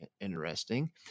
Interesting